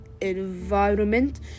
environment